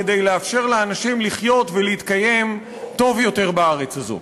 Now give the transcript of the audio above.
כדי לאפשר לאנשים לחיות ולהתקיים טוב יותר בארץ הזאת.